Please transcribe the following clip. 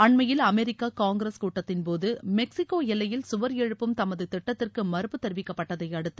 அண்மையில் America Congress கூட்டத்தின்போது Mexico எல்லையில் சுவர் எழுப்பும் தமது திட்டத்திற்கு மறுப்பு தெரிவிக்கப்பட்டதையடுத்து